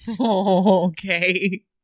Okay